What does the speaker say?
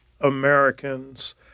Americans